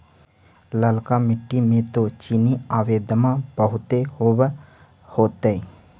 ललका मिट्टी मे तो चिनिआबेदमां बहुते होब होतय?